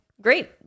great